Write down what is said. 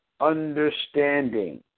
understanding